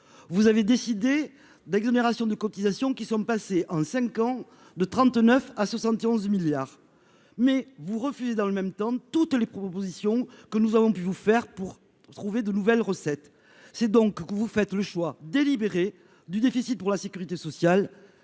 vous avez décidé d'exonération de cotisations qui sont passés en 5 ans de 39 à 71 milliards mais vous refusez, dans le même temps, toutes les propositions que nous avons pu vous faire pour trouver de nouvelles recettes, c'est donc que vous faites le choix délibéré du déficit pour la sécurité sociale